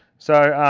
so,